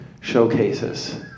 showcases